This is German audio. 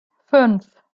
fünf